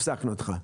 הפסקנו אותך.